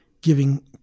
giving